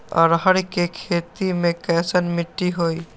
अरहर के खेती मे कैसन मिट्टी होइ?